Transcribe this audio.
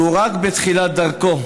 שהוא רק בתחילת דרכו.